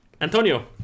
Antonio